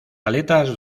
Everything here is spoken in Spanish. aletas